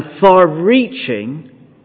far-reaching